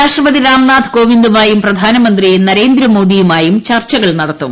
രാഷ്ട്രപതി രാംനാഥ് കോവിന്ദുമായും പ്രധാ നമന്ത്രി നരേന്ദ്രമോദിയുമായും ചർച്ചകൾ നടത്തും